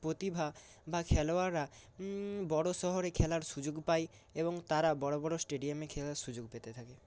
প্রতিভা বা খেলোয়াড়রা বড় শহরে খেলার সুযোগ পায় এবং তারা বড় বড় স্টেডিয়ামে খেলার সুযোগ পেতে থাকে